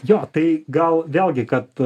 jo tai gal vėlgi kad